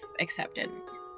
acceptance